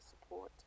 support